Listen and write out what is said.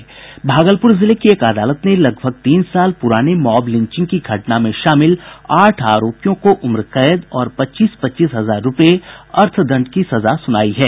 भागलपुर जिले की एक अदालत ने लगभग तीन साल पुराने मॉब लिंचिंग की घटना में शामिल आठ आरोपियों को उम्र कैद और पच्चीस पच्चीस हजार रूपये अर्थदंड की सजा सुनाई है